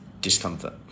discomfort